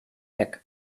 weg